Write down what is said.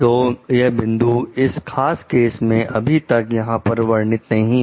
तो यह बिंदु इस खास केस में अभी तक यहां पर वर्णित नहीं है